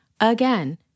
Again